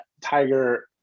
Tiger